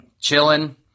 chilling